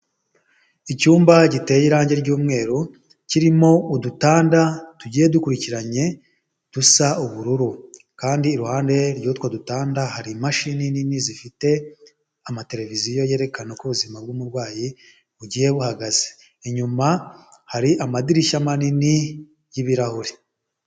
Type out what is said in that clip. Icyumba giteye irangi ry'umweru kirimo udutanda tugiye dukurikiranye dusa ubururu kandi iruhande rw'utwo dutanda hari imashini nini zifite amateleviziyo yerekana ko ubuzima bw'umurwayi bugiye buhagaze, inyuma hari amadirishya manini y'ibirahuri.